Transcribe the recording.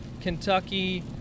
Kentucky